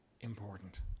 important